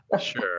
sure